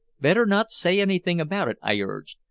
better not say anything about it, i urged.